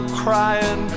crying